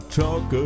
talk